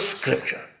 Scripture